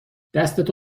دستتو